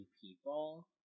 people